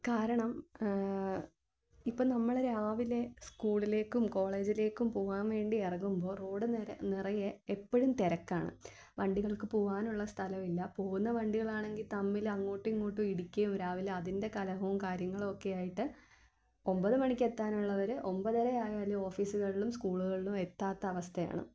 കാരണം ഇപ്പം നമ്മൾ രാവിലെ സ്കൂളിലേക്കും കോളേജിലേക്കും പോവാൻ വേണ്ടി ഇറങ്ങുമ്പോൾ റോഡ് നിറയെ നിറയെ എപ്പോഴും തിരക്കാണ് വണ്ടികൾക്ക് പോവാനുള്ള സ്ഥലവില്ല പോവുന്ന വണ്ടികളാണെങ്കിൽ തമ്മിലങ്ങോട്ടുവിങ്ങോട്ടും ഇടിക്കുകയും രാവിലെ അതിന്റെ കലഹോം കാര്യങ്ങളുവൊക്കെയായിട്ട് ഒൻപതുമണിക്കെത്താനുള്ളവർഒൻപത് അര ആയാലും ഓഫീസുകളിലും സ്കൂള്കളിലും എത്താത്ത അവസ്ഥയാണ്